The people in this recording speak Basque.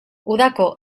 udako